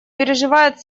переживает